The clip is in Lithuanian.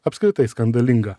apskritai skandalinga